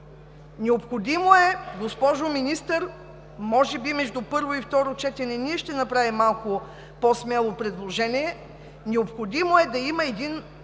Необходимо е, госпожо Министър, може би между първо и второ четене и ние ще направим малко по-смело предложение. Ще предложим